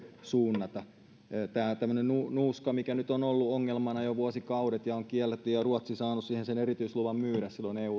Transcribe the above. suunnata tämä tämmöinen nuuska nyt on ollut ongelmana jo vuosikaudet ja sen myynti on kielletty ruotsi on saanut eulta siihen erityisluvan myydä